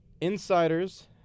insiders